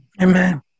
Amen